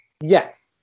Yes